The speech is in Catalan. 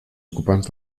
ocupants